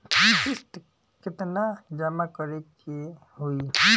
किस्त केतना जमा करे के होई?